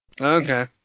Okay